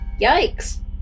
Yikes